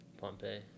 Pompeii